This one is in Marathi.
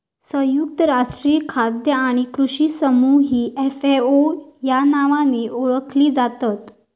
संयुक्त राष्ट्रीय खाद्य आणि कृषी समूह ही एफ.ए.ओ या नावाने ओळखली जातत